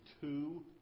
two